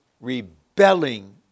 rebelling